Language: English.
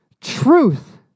truth